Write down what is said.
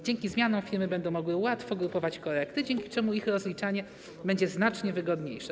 Dzięki zmianom firmy będą mogły łatwo grupować korekty, dzięki czemu ich rozliczanie będzie znacznie wygodniejsze.